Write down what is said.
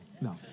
no